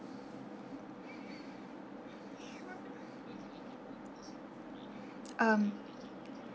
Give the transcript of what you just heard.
um